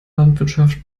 landwirtschaft